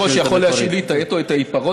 היושב-ראש יכול להשיב לי את העט או את העיפרון,